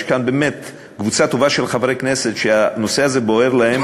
יש כאן באמת קבוצה טובה של חברי כנסת שהנושא הזה בוער בהם,